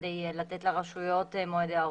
כדי לתת לרשויות מועדי היערכות.